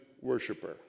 worshiper